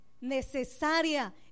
necesaria